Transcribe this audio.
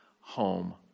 home